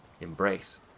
embrace